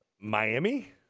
Miami